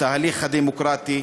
את ההליך הדמוקרטי,